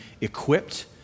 equipped